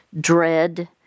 dread